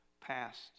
Past